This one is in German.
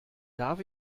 darf